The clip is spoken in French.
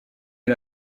est